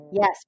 Yes